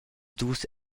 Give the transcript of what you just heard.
dus